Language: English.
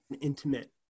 intimate